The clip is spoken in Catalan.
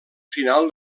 final